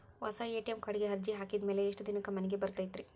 ಹೊಸಾ ಎ.ಟಿ.ಎಂ ಕಾರ್ಡಿಗೆ ಅರ್ಜಿ ಹಾಕಿದ್ ಮ್ಯಾಲೆ ಎಷ್ಟ ದಿನಕ್ಕ್ ಮನಿಗೆ ಬರತೈತ್ರಿ?